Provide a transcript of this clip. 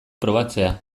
probatzea